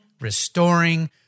restoring